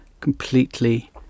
Completely